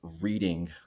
reading